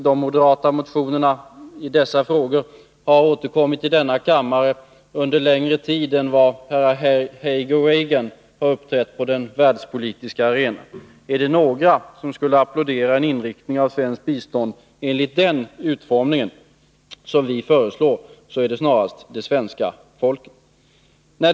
De moderata motionerna i dessa frågor har återkommit i denna kammare under längre tid än herrar Haig och Reagan har uppträtt på den världspolitiska arenan. Är det några som skulle applådera en inriktning av svenskt bistånd enligt den utformning som vi föreslår så är det snarast det svenska folket.